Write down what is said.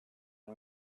and